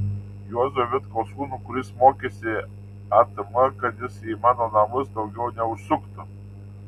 juozo vitkaus sūnų kuris mokėsi atm kad jis į mano namus daugiau neužsuktų